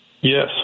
Yes